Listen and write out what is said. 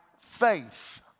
faith